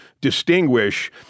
distinguish